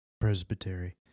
presbytery